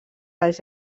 les